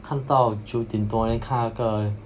看到九点多 then 看那个